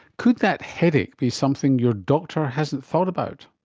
could that headache be something your doctor hasn't thought about?